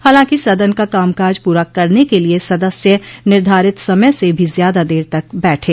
हालांकि सदन का कामकाज पूरा करने के लिए सदस्य निर्धारित समय से भी ज्यादा देर तक बैठे